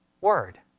word